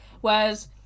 Whereas